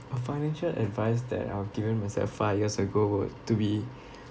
a financial advice that I've given myself five years ago would to be